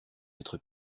mettre